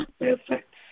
perfect